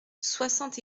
soixante